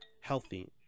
healthy